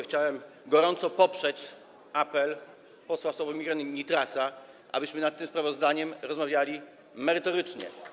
Chciałbym gorąco poprzeć apel posła Sławomira Nitrasa, abyśmy nad tym sprawozdaniem rozmawiali merytorycznie.